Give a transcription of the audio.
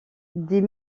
des